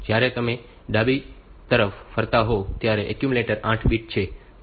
જ્યારે તમે ડાબી તરફ ફરતા હોવ ત્યારે એક્યુમ્યુલેટર 8 બીટ છે